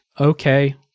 okay